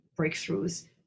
breakthroughs